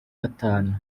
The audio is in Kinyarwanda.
gatanu